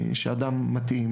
שהאדם מתאים,